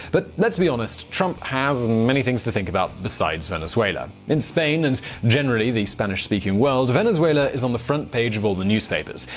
but, let's be honest, trump has many other things to think about besides venezuela. in spain and, generally, the spanish speaking world, venezuela is on the front page of all the newspapers.